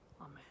Amen